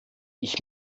ich